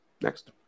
Next